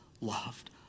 loved